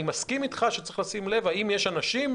אני מסכים איתך שצריך לשים לב כמה אנשים